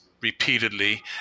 repeatedly